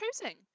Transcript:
choosing